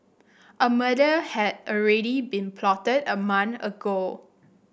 a murder had already been plotted a month ago